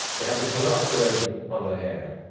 they have the colour of the raven on their hair,